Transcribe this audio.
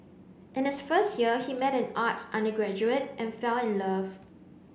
in his first year he met an arts undergraduate and fell in love